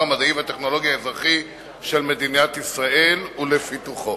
המדעי והטכנולוגי האזרחי של מדינת ישראל ופיתוחו.